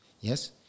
Yes